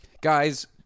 guys